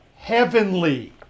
heavenly